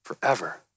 forever